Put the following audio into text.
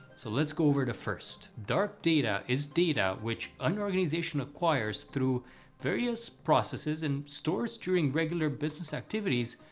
so let's go over the first. dark data is data which an organization acquires through various processes and stores during regular business activities,